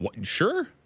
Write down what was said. Sure